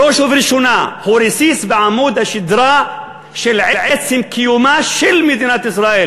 בראש ובראשונה הוא רסיס בעמוד השדרה של עצם קיומה של מדינת ישראל,